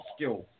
skill